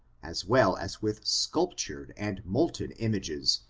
as well as with sculptured and molten images,